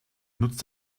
nutzt